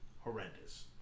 horrendous